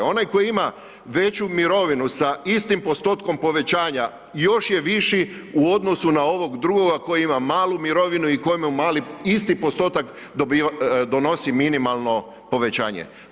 Onaj koji ima veću mirovinu sa istim postotkom povećanja još je viši u odnosu na ovoga drugoga koji ima malu mirovinu i koji ima mali isti postotak dobiva, donosi minimalno povećanje.